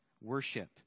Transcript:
Worship